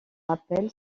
rappelle